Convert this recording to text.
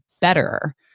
better